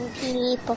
people